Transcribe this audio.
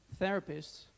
therapists